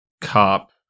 cop